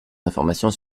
informations